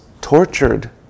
tortured